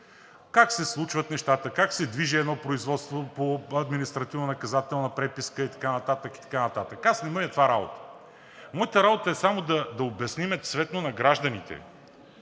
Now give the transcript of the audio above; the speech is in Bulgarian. как се случват нещата, как се движи едно производство по административнонаказателна преписка и така нататък, и така нататък. На мен не ми е това работата. Моята работа е само да обясним цветно на гражданите,